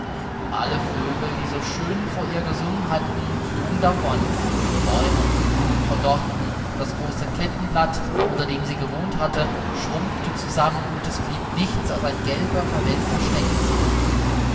alle vögel die so schön vor ihr gesungen hatten flogen davon bäume und blumen verdorrten das große klettenblatt unter dem sie gewohnt hatte schrumpfte zusammen und es blieb nichts als ein gelber verwelkter stengel zurück